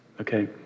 Okay